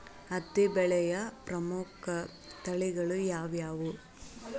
ಹತ್ತಿ ಬೆಳೆಯ ಪ್ರಮುಖ ತಳಿಗಳು ಯಾವ್ಯಾವು?